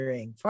Ring